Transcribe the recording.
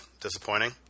disappointing